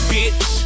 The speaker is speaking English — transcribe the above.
Bitch